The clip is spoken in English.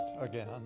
again